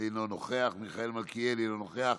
אינו נוכח, מיכאל מלכיאלי, אינו נוכח,